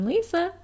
Lisa